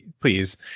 Please